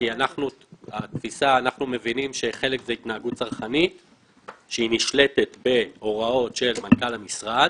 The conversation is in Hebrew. אנחנו מבינים שחלק זאת התנהגות צרכנית שנשלטת בהוראות של מנכ"ל המשרד